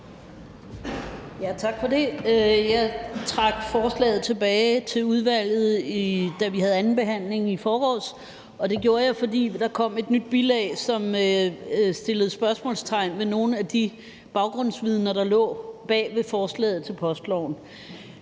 Tak for det. Jeg trak forslaget tilbage til udvalget, da vi havde anden behandling i forgårs, og det gjorde jeg, fordi der kom et nyt bilag, som satte spørgsmålstegn ved nogle af de baggrundsmæssige ting, der lå bag forslaget til postloven.